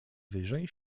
wyżej